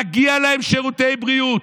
מגיעים להם שירותי בריאות.